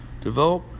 Develop